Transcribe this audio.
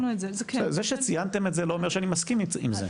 זה שציינתם את זה לא אומר שאני מסכים עם זה.